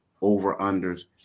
over-unders